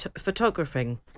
photographing